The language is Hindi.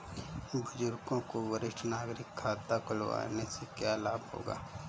बुजुर्गों को वरिष्ठ नागरिक खाता खुलवाने से क्या लाभ होगा?